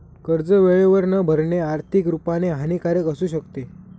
कर्ज वेळेवर न भरणे, आर्थिक रुपाने हानिकारक असू शकते